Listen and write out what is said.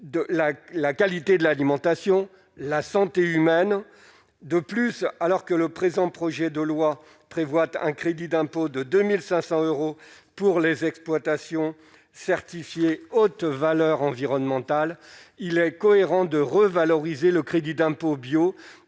la qualité de l'alimentation, la santé humaine de plus alors que le présent projet de loi prévoit un crédit d'impôt de 2500 euros pour les exploitations certifiées haute valeur environnementale, il est cohérent de revaloriser le crédit d'impôt bio